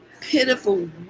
pitiful